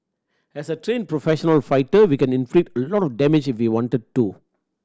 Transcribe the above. as a trained professional fighter we can inflict a lot of damage if we wanted to